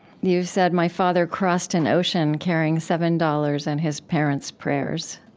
you've said, my father crossed an ocean carrying seven dollars and his parents' prayers.